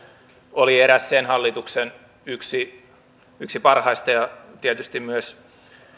oli yksi sen hallituksen parhaista ja tietysti myös